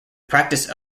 practice